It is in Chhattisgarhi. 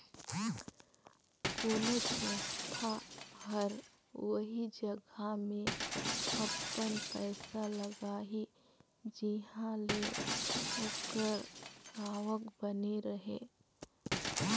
कोनोच संस्था हर ओही जगहा में अपन पइसा लगाही जिंहा ले ओकर आवक बने रहें